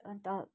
अन्त